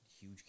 huge